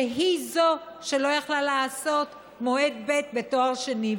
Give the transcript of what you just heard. שהיא זו שלא יכלה לעשות מועד ב' בתואר שני,